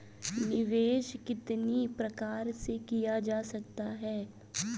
निवेश कितनी प्रकार से किया जा सकता है?